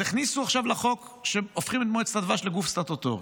אז הכניסו עכשיו לחוק שהופכים את מועצת הדבש לגוף סטטוטורי.